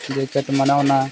jacket ᱢᱟᱱᱟᱣᱱᱟ